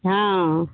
हँ